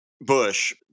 Bush